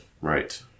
Right